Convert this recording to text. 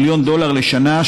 400 מיליון דולר לשנה,